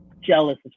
jealous